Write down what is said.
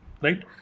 Right